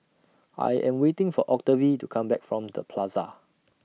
I Am waiting For Octavie to Come Back from The Plaza